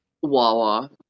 Wawa